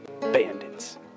Bandits